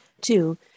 Two